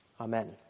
Amen